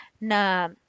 na